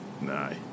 Nah